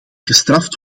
gestraft